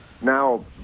now